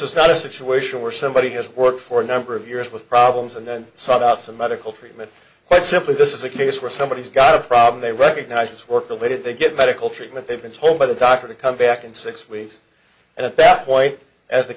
is not a situation where somebody has worked for a number of years with problems and then sought out some medical treatment but simply this is a case where somebody has got a problem they recognize it's work related they get medical treatment they've been told by the doctor to come back in six weeks and at that point as the